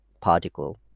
particle